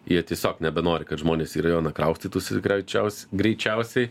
jie tiesiog nebenori kad žmonės į rajoną kraustytųsi greičiaus greičiausiai